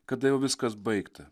kada jau viskas baigta